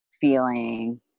feeling